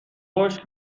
خشک